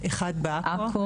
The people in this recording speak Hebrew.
עכו,